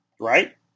right